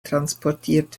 transportiert